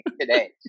today